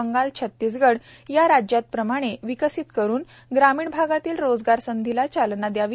बंगाल छत्तीसगड या राज्यांप्रमाणे विकसित करुन ग्रामीण भागातील रोजगार संधीला चालना द्यावी